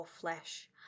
flesh